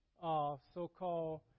So-called